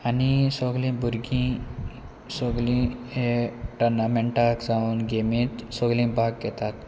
आनी सगलीं भुरगीं सगलीं हे टोर्नामेंटाक जावन गेमींत सोगलीं भाग घेतात